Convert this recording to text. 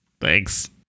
thanks